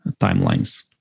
timelines